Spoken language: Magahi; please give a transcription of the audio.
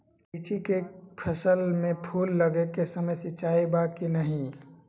लीची के फसल में फूल लगे के समय सिंचाई बा कि नही?